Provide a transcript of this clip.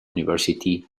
university